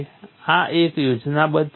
આ એક યોજનાબદ્ધ છે